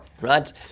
right